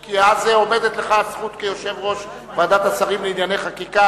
עומדת לך הזכות כיושב-ראש ועדת השרים לענייני חקיקה